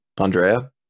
Andrea